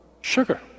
Sugar